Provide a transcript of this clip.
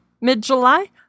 mid-July